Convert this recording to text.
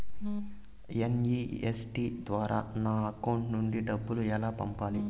NEFT ద్వారా నా account నుండి డబ్బులు ఎలా పంపాలి